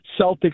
Celtics